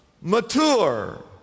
mature